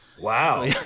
Wow